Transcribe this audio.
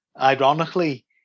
ironically